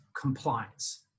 compliance